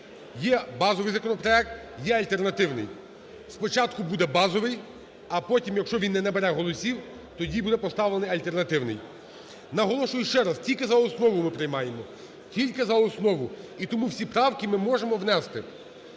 Є базовий законопроект, є альтернативний. Спочатку буде базовий, а потім, якщо він не набере голосів, тоді буде поставлений альтернативний. Наголошую ще раз: тільки за основу ми приймаємо, тільки за основу. І тому всі правки ми можемо внести.